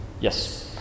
Yes